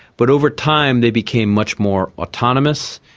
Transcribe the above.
but over time they became much more autonomous,